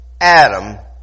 Adam